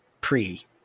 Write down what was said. pre